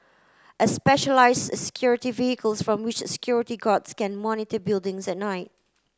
a specialised security vehicles from which security guards can monitor buildings at night